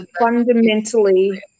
Fundamentally